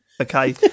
okay